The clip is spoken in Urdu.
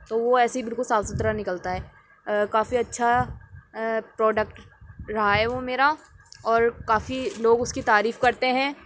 تو وہ ایسے ہی بالکل صاف ستھرا نکلتا ہے کافی اچھا پروڈکٹ رہا ہے وہ میرا اور کافی لوگ اس کی تعریف کرتے ہیں